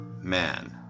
man